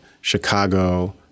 Chicago